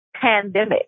pandemic